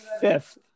fifth